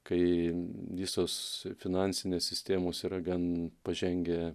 kai visos finansinės sistemos yra gan pažengę